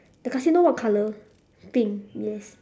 the casino what colour pink yes